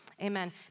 Amen